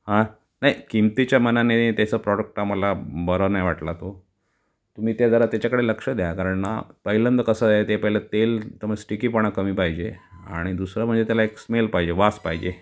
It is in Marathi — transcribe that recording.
हां नाही किमतीच्या मनाने त्याचा प्रॉडक्ट आम्हाला बरा नही वाटला तो तुम्ही ते जरा त्याच्याकडे लक्ष द्या कारण ना पहिल्यांदा कसं आहे ते पहिलं तेल तुम्ही स्टिकीपणा कमी पाहिजे आणि दुसरं म्हणजे त्याला एक स्मेल पाहिजे वास पाहिजे